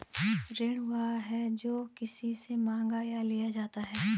ऋण वह है, जो किसी से माँगा या लिया जाता है